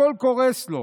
הכול קורס לו,